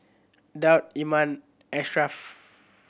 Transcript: Daud Iman Ashraf